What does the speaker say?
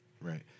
right